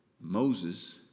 Moses